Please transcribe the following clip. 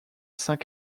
saint